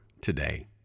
today